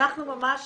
אנחנו ממש